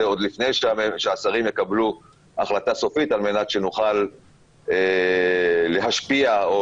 עוד לפני שהשרים יקבלו החלטה סופית על מנת שנוכל להשפיע או